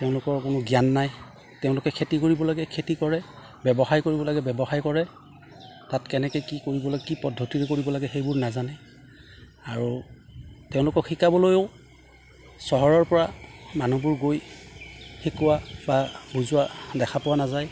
তেওঁলোকৰ কোনো জ্ঞান নাই তেওঁলোকে খেতি কৰিব লাগে খেতি কৰে ব্যৱসায় কৰিব লাগে ব্যৱসায় কৰে তাত কেনেকে কি কৰিব লাগে কি পদ্ধতিৰে কৰিব লাগে সেইবোৰ নাজানে আৰু তেওঁলোকক শিকাবলৈও চহৰৰ পৰা মানুহবোৰ গৈ শিকোৱা বা বুজোৱা দেখা পোৱা নাযায়